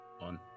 On